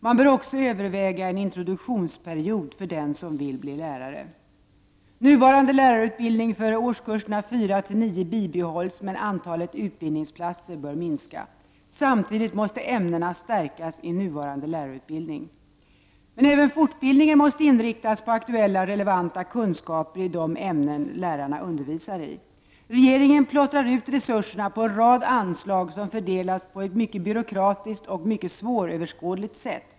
Man bör också överväga en introduktionsperiod för den som vill bli lärare. Nuvarande lärarutbildning för årskurserna fyra — nio bibehålls, men antalet utbildningsplatser bör minska. Samtidigt måste ämnena stärkas i nuvarande lärarutbildning. Även fortbildningen måste inriktas på aktuella och relevanta kunskaper i de ämnen lärarna undervisar i. Regeringen plottrar ut resurserna på en rad anslag som fördelas på ett mycket byråkratiskt och mycket svåröverskådligt sätt.